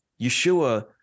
Yeshua